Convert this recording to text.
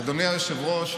אדוני היושב-ראש,